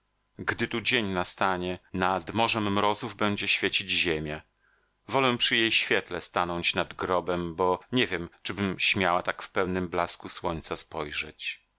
gdy tu dzień nastanie nad morzem mrozów będzie świecić ziemia wolę przy jej świetle stanąć nad grobem bo nie wiem czy bym śmiała tak w pełnym blasku słońca spojrzeć